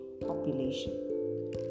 population